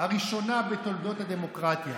הראשונה בתולדות הדמוקרטיה,